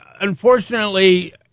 unfortunately